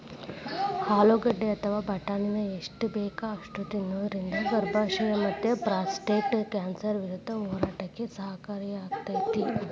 ಆಲೂಗಡ್ಡಿ ಅಥವಾ ಬಟಾಟಿನ ಎಷ್ಟ ಬೇಕ ಅಷ್ಟ ತಿನ್ನೋದರಿಂದ ಗರ್ಭಾಶಯ ಮತ್ತಪ್ರಾಸ್ಟೇಟ್ ಕ್ಯಾನ್ಸರ್ ವಿರುದ್ಧ ಹೋರಾಡಕ ಸಹಕಾರಿಯಾಗ್ಯಾತಿ